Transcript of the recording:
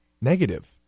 negative